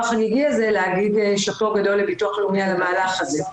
החגיגי הזה להגיד שאפו גדול לביטוח הלאומי על המהלך הזה.